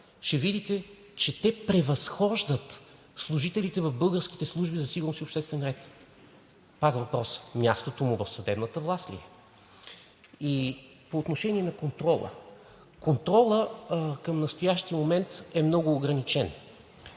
Ще видите, че те превъзхождат служителите в българските служби за сигурност и обществен ред. Пак въпросът: мястото му в съдебната власт ли е? По отношение на контрола. Контролът към настоящия момент е много ограничен.